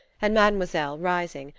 and mademoiselle rising,